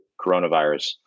coronavirus